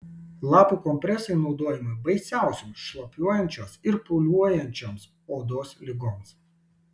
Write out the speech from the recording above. lapų kompresai naudojami baisiausioms šlapiuojančios ir pūliuojančioms odos ligoms